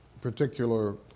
particular